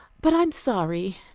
but i'm sorry.